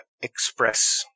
express